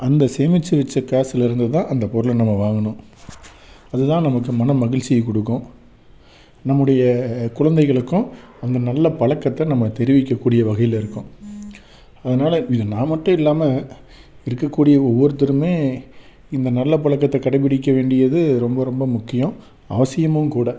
அந்த சேமிச்சு வச்ச காசுலருந்து தான் அந்த பொருளை நம்ம வாங்கணும் அது தான் நமக்கு மனமகிழ்ச்சியை கொடுக்கும் நம்முடைய குழந்தைகளுக்கும் அந்த நல்ல பழக்கத்தை நம்ம தெரிவிக்கக்கூடிய வகையில் இருக்கோம் அதனால் இது நான் மட்டும் இல்லாமல் இருக்கக்கூடிய ஒவ்வொருத்தருமே இந்த நல்ல பழக்கத்தை கடைப்பிடிக்க வேண்டியது ரொம்ப ரொம்ப முக்கியம் அவசியமும் கூட